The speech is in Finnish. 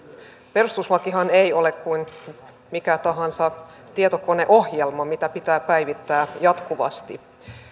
perustuslakihan ei ole kuin mikä tahansa tietokoneohjelma mitä pitää päivittää jatkuvasti